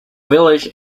village